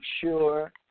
sure